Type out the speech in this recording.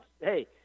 Hey